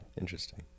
Interesting